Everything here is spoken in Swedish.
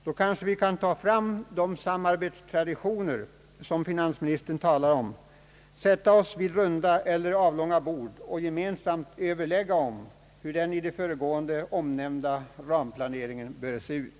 Då kanske vi kan ta fram de samarbetstraditioner som finansministern talar om, sätta oss vid runda eller avlånga bord till gemensamma överläggningar om hur den i det föregående omnämnda ramplaneringen bör se ut.